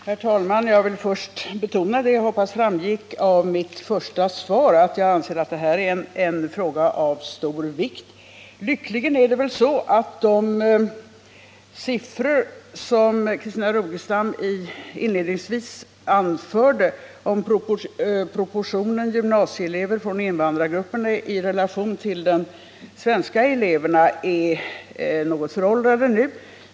Herr talman! Jag vill först betona det jag hoppas framgick av mitt svar, nämligen att jag anser att detta är en fråga av stor vikt. Lyckligtvis är det väl så att de siffror som Christina Rogestam inledningsvis anförde i fråga om proportionen gymnasieelever från invandrargruppen i relation till svenska elever numera är något föråldrade.